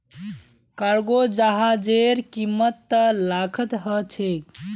cargo जहाजेर कीमत त लाखत ह छेक